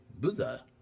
Buddha